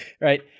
right